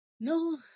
No